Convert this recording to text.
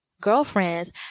girlfriends